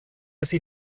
sie